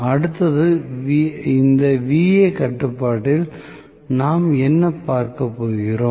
அடுத்தது இந்த Va கட்டுப்பாட்டில் நாம் என்ன பார்க்கப் போகிறோம்